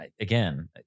again